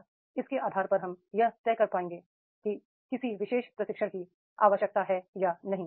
और इसके आधार पर हम यह तय कर पाएंगे कि किसी विशेष प्रशिक्षण की आवश्यकता है या नहीं